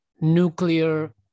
nuclear